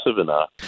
enough